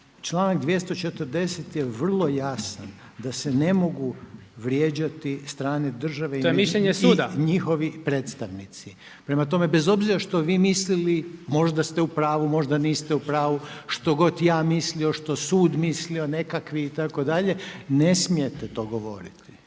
Članak 240. je vrlo jasan da se ne mogu vrijeđati strane države i njihovi predstavnici. …/Upadica Sinčić: To je mišljenje suda./…. Prema tome bez obzira što vi mislili možda ste u pravu, možda niste u pravu, što god ja mislio, što sud misli o nekakvim itd., ne smijete to govoriti,